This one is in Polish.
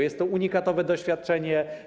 Jest to unikatowe doświadczenie.